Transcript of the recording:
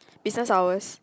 business hours